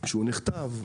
כשהרפורמה נכתבה,